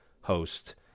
host